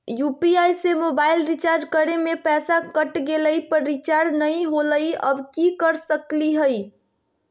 UPI से mobile recharge करे में पैसा कट गेलई, पर रिचार्ज नई होलई, अब की कर सकली हई?